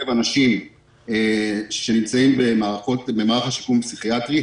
אנשים שנמצאים במערך השיקום הפסיכיאטרי.